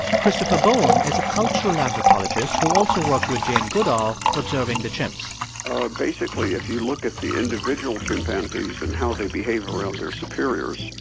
christopher boehm is a cultural anthropologist who also worked with jane goodall observing the chimps basically, if you look at the individual chimpanzees and how they behave around their superiors,